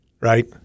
right